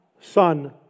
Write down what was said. Son